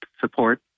support